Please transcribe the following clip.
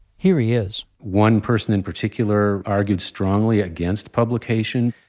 here he is one person in particular argued strongly against publication.